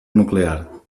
nuclear